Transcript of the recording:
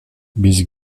biz